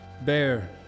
Bear